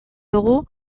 dugu